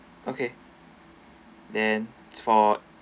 okay then for